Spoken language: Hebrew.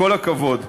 כל הכבוד,